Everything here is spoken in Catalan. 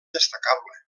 destacable